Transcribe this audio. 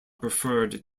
preferred